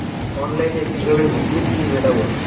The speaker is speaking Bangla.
অনলাইনে কিভাবে বিদ্যুৎ বিল মেটাবো?